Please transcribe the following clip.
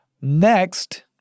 Next